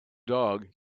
dog